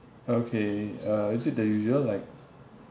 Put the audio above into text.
okay uh is it the usual like